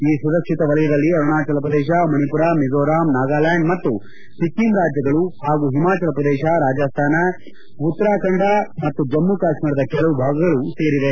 ಈ ಸುರಕ್ಷಿತ ವಲಯದಲ್ಲಿ ಅರುಣಾಚಲಪ್ರದೇಶ ಮಣಿಪುರ ಮಿಜೋರಾಂ ನಾಗಾಲ್ಲಾಂಡ್ ಮತ್ತು ಸಿಕ್ಕಿಂ ರಾಜ್ಲಗಳು ಹಾಗೂ ಹಿಮಾಚಲಪ್ರದೇಶ ರಾಜಾಸ್ತಾನ ಉತ್ತರಾಖಂಡ ಮತ್ತು ಜಮ್ನು ಕಾಶ್ಮೀರದ ಕೆಲವು ಭಾಗಗಳು ಸೇರಿವೆ